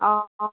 অঁ